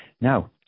Now